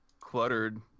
cluttered